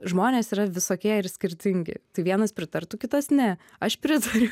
žmonės yra visokie ir skirtingi vienas pritartų kitas ne aš pritariu